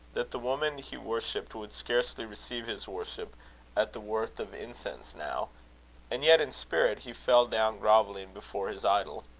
that the woman he worshipped would scarcely receive his worship at the worth of incense now and yet in spirit he fell down grovelling before his idol.